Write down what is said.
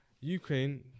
Ukraine